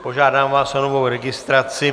Požádám vás o novou registraci.